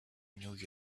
new